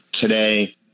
today